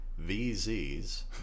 vz's